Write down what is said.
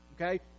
Okay